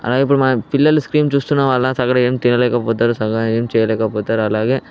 అలాగే ఇప్పుడు మన పిల్లలు కూడా స్క్రీన్ చూస్తుండడం వల్ల సరిగా ఏం తినలేకపోతారు సరిగా ఏం చేయలేకపోతారు అలాగే